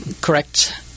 correct